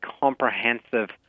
comprehensive